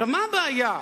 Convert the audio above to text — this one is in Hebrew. מה הבעיה?